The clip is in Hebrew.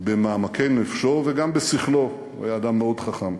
במעמקי נפשו, וגם בשכלו, היה אדם מאוד חכם.